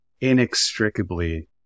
inextricably